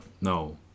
No